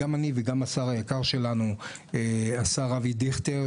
גם אני וגם השר היקר שלנו השר אבי דיכטר,